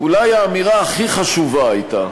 אולי האמירה הכי חשובה הייתה